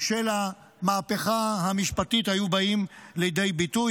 של המהפכה המשפטית היו באים לידי ביטוי,